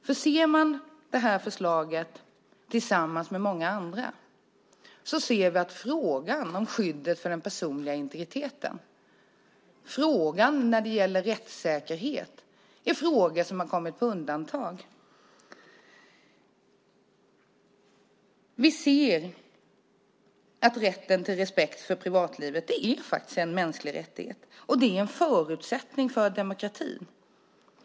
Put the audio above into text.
Om man ser detta förslag tillsammans med många andra ser man att frågan om skyddet för den personliga integriteten och frågan om rättssäkerhet är frågor som har kommit på undantag. Rätten till respekt för privatlivet är faktiskt en mänsklig rättighet och en förutsättning för demokrati.